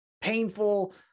painful